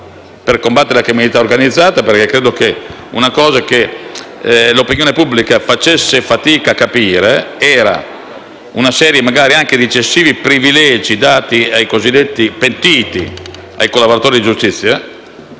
per combattere la criminalità organizzata. In effetti credo che l'opinione pubblica facesse fatica a capire la serie, magari anche eccessiva, di privilegi dati ai cosiddetti pentiti, ai collaboratori di giustizia,